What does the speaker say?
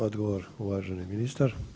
Odgovor uvaženi ministar.